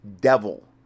devil